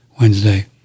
Wednesday